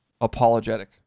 apologetic